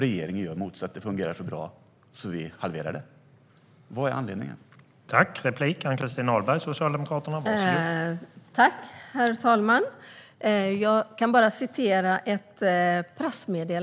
Regeringen säger det motsatta: Det fungerar så bra att vi vill halvera det. Vad är anledningen?